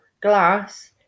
glass